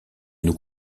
nous